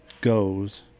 goes